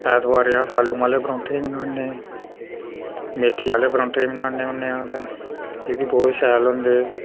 ऐतबारें अस आलूं आह्ले परोंठे बी बनाने मेथी आह्ले परोंठे बी बनाने होन्ने आं अस एह् बी बोह्त शैल होंदे